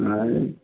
ନାଇ